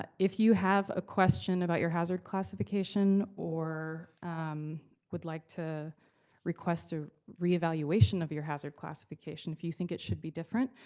but if you have a question about your hazard classification, or would like to request a reevaluation of your hazard classification if you think it should be different,